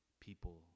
people